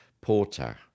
Porter